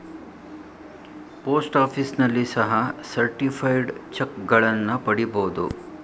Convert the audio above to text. post ಆಫೀಸ್ನಲ್ಲಿ ಸಹ certified ಚಕ್ಗಳನ್ನ ಪಡಿಬೋದು